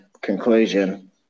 conclusion